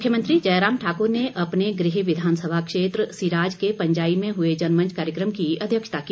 मुख्यमंत्री जयराम ठाकुर ने अपने गृह विधानसभा क्षेत्र सिराज के पंजाई में हुए जनमंच कार्यक्रम की अध्यक्षता की